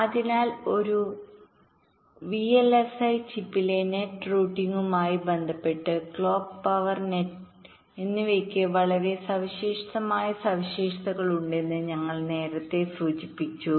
അതിനാൽ ഒരു വിഎൽഎസ്ഐ ചിപ്പിലെനെറ്റ് റൂട്ടിംഗുമായിബന്ധപ്പെട്ട് ക്ലോക്ക് പവർ നെറ്റ് എന്നിവയ്ക്ക് വളരെ സവിശേഷമായ സവിശേഷതകൾ ഉണ്ടെന്ന് ഞങ്ങൾ നേരത്തെ സൂചിപ്പിച്ചു